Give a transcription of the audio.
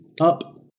up